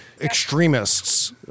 extremists